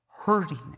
hurting